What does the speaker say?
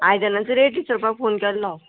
आयदनांचो rate विचरपाक phone केल्लो